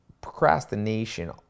procrastination